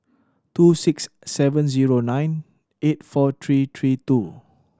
two six seven zero nine eight four three three two